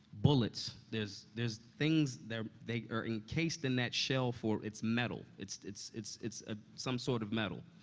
bullets. there's there's things they are they are encased in that shell for its metal. it's it's it's it's ah some sort of metal.